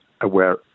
aware